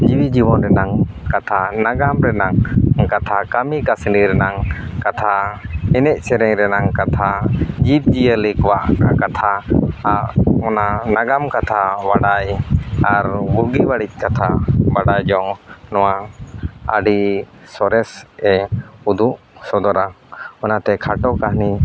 ᱡᱤᱣᱤ ᱡᱤᱵᱚᱱ ᱨᱮᱱᱟᱝ ᱠᱟᱛᱷᱟ ᱱᱟᱜᱟᱢ ᱨᱮᱱᱟᱝ ᱠᱟᱛᱷᱟ ᱠᱟᱹᱢᱤ ᱠᱟᱹᱥᱱᱤ ᱨᱮᱱᱟᱝ ᱠᱟᱛᱷᱟ ᱮᱱᱮᱡ ᱥᱮᱨᱮᱧ ᱨᱮᱱᱟᱝ ᱠᱟᱛᱷᱟ ᱡᱤᱵᱽ ᱡᱤᱭᱟᱹᱞᱤ ᱠᱚᱣᱟᱜ ᱠᱟᱛᱷᱟ ᱚᱱᱟ ᱱᱟᱜᱟᱢ ᱠᱟᱛᱷᱟ ᱵᱟᱰᱟᱭ ᱟᱨ ᱵᱩᱜᱤ ᱵᱟᱹᱲᱤᱡ ᱠᱟᱛᱷᱟ ᱵᱟᱰᱟᱭ ᱡᱚᱝ ᱱᱚᱣᱟ ᱟᱹᱰᱤ ᱥᱚᱨᱮᱥ ᱮ ᱩᱫᱩᱜ ᱥᱚᱫᱚᱨᱟ ᱚᱱᱟᱛᱮ ᱠᱷᱟᱴᱚ ᱠᱟᱹᱱᱦᱤ